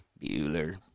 Bueller